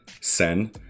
Sen